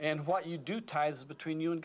and what you do tides between you and